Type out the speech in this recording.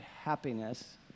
happiness